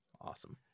Awesome